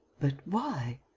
but why?